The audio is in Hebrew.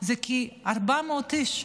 זה 400 איש,